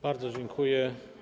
Bardzo dziękuję.